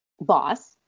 boss